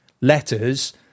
letters